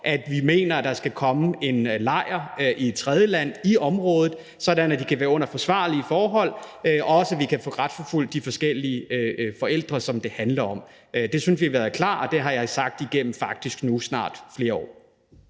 at vi mener, at der skal oprettes en lejr i et tredjeland i området, sådan at de kan være under forsvarlige forhold, og at vi også kan få retsforfulgt de forskellige forældre, som det handler om. Det synes vi har været klart, og det har jeg faktisk sagt igennem nu snart flere år.